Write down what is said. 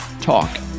talk